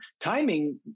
Timing